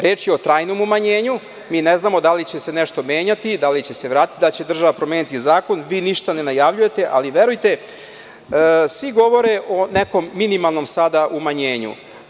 Reč je o trajnom umanjenju, mi ne znamo da li će se nešto menjati, da li će se vratiti, da li će država promeniti zakon, vi ništa ne najavljujete, ali verujte svi govore o nekom sada minimalnom umanjenju.